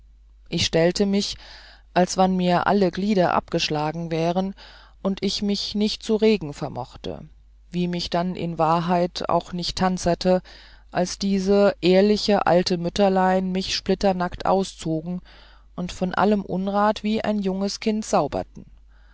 ich stellete mich als wann mir alle glieder abgeschlagen wären und ich mich nicht zu regen vermochte wie mich dann in wahrheit auch nicht tanzerte als diese ehrliche alte mütterlein mich splitternackend auszogen und von allem unrat wie ein junges kind sauberten